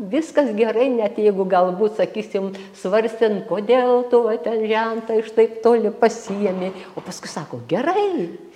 viskas gerai net jeigu galbūt sakysim svarstėm kodėl tu va ten žentą iš taip toli pasiėmei o paskui sako gerai